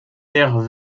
père